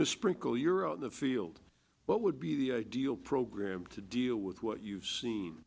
the sprinkle you're on the field what would be the ideal program to deal with what you've seen